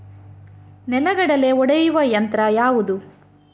ನೆಲಗಡಲೆ ಒಡೆಯುವ ಯಂತ್ರ ಯಾವುದು?